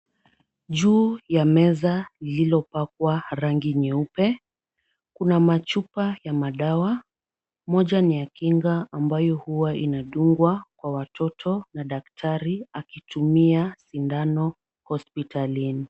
Juu ya meza lililopakwa rangi nyeupe kuna machupa ya madawa, moja ni ya kinga ambayo huwa inadungwa kwa watoto na daktari akitumia sindano hospitalini.